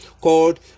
called